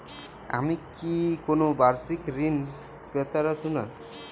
আমি কি কোন বাষিক ঋন পেতরাশুনা?